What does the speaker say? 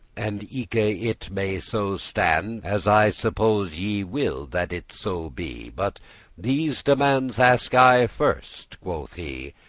and eke it may so stand, as i suppose ye will that it so be but these demandes ask i first, quoth he,